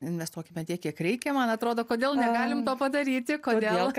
investuokime tiek kiek reikia man atrodo kodėl negalim to padaryti kodėl